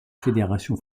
fédération